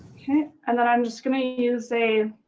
and then i'm just gonna use a